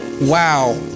Wow